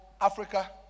africa